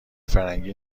فرنگی